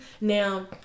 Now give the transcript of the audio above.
Now